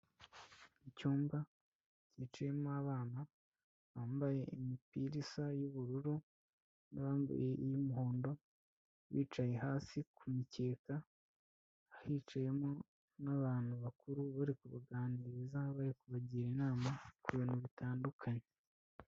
Icyumba cyicayemo abana, bambaye imipira isa y'ubururu n'abambaye iy'umuhondo, bicaye hasi ku mukeka, hicayemo n'abantu bakuru bari kubaganiriza, bari kubagira inama ku bintu bitandukanye.